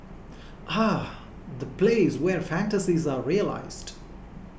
ah the place where fantasies are realised